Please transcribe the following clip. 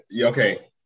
Okay